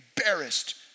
embarrassed